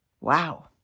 Wow